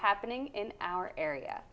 happening in our area